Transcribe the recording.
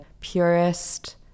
purist